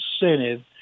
incentive